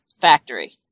factory